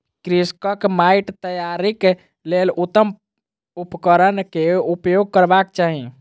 कृषकक माइट तैयारीक लेल उत्तम उपकरण केउपयोग करबाक चाही